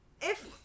if-